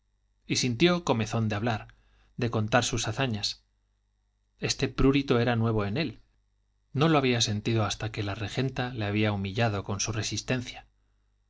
y sintió comezón de hablar de contar sus hazañas este prurito era nuevo en él no lo había sentido hasta que la regenta le había humillado con su resistencia